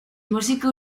músico